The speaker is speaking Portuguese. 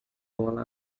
bola